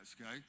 okay